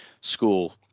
school